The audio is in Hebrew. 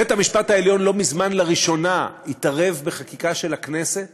בית-המשפט העליון לא מזמן התערב לראשונה בחקיקה של הכנסת